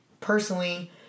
personally